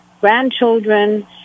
grandchildren